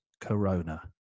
Corona